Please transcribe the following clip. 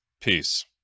Peace